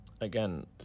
again